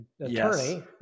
attorney